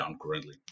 currently